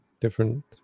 different